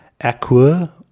Aqua